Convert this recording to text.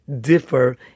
differ